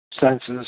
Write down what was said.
senses